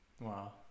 wow